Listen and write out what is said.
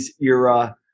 era